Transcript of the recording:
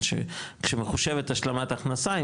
כשמחושבת השלמת הכנסה,